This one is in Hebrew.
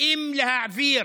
אם להעביר